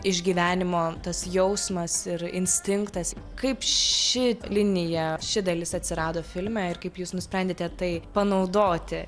išgyvenimo tas jausmas ir instinktas kaip ši linija ši dalis atsirado filme ir kaip jūs nusprendėte tai panaudoti